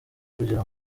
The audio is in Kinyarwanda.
kugira